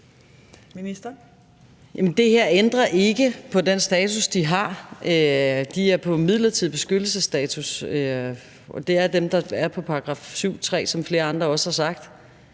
Det her ændrer ikke på den status, de har. De har midlertidig beskyttelsesstatus. Det er dem, der er på § 7, stk. 3, som flere andre også har sagt.